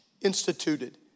instituted